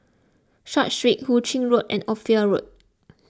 Short Street Hu Ching Road and Ophir Road